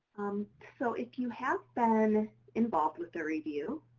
so if you have been involved with the review,